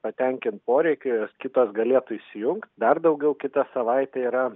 patenkint poreikių jos kitos galėtų įsijungt dar daugiau kitą savaitę yra